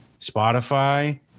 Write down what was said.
Spotify